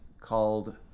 called